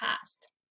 past